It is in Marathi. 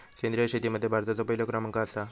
सेंद्रिय शेतीमध्ये भारताचो पहिलो क्रमांक आसा